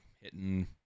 hitting